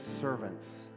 servants